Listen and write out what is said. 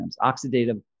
oxidative